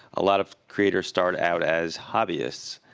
a lot of creators start out as hobbyists,